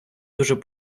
дуже